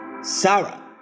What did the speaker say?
Sarah